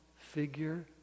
figure